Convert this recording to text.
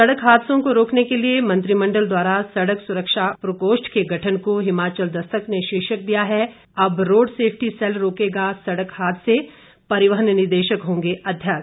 सड़क हादसों को रोकने के लिए मंत्रिमंडल द्वारा सड़क सुरक्षा प्रकोष्ठ के गठन को हिमाचल दस्तक ने शीर्षक दिया है अब रोड सेफ्टी सैल रोकेगा सड़क हादसे परिवहन निदेशक होंगे अध्यक्ष